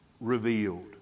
Revealed